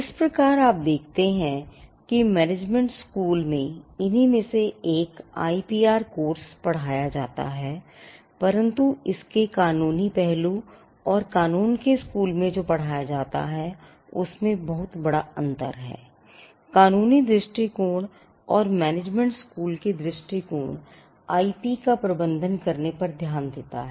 इस प्रकार आप देखते हैं कि मैनेजमेंट स्कूल का प्रबंधन करने पर ध्यान देता है